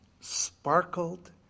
sparkled